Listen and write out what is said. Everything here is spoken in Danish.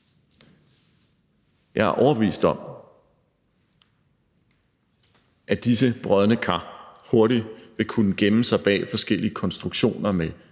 Jeg er overbevist om, at disse brodne kar hurtigt vil kunne gemme sig bag forskellige konstruktioner med